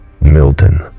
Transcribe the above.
Milton